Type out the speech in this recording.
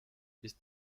ist